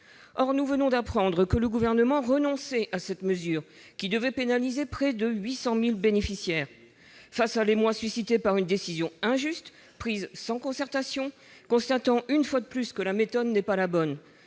Or nous venons d'apprendre que le Gouvernement renonçait à cette mesure, qui devait pénaliser près de 800 000 bénéficiaires. Face à l'émoi suscité par une décision injuste prise sans concertation, constatant une fois de plus que la méthode n'est pas la bonne-